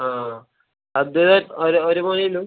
ആ അത് ഒരു ഒരു മോനേയുള്ളൂ